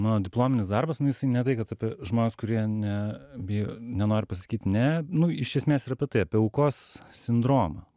mano diplominis darbas nu jisai ne tai kad apie žmones kurie ne bijo nenori pasakyt ne nu iš esmės ir apie tai apie aukos sindromą